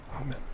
Amen